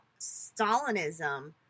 Stalinism